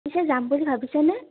পিছে যাম বুলি ভাবিছানে